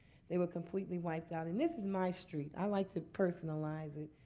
they were completely wiped out. and this is my street. i like to personalize it.